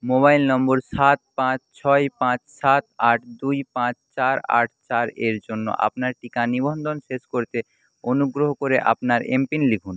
mobile নম্বর সাত পাঁচ ছয় পাঁচ সাত আট দুই পাঁচ চার আট চারের জন্য আপনার টিকা নিবন্ধন শেষ করতে অনুগ্রহ করে আপনার এমপিন লিখুন